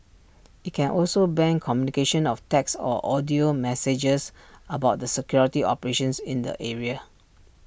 IT can also ban communication of text or audio messages about the security operations in the area